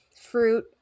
fruit